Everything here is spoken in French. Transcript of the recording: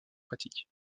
pratiques